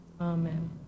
Amen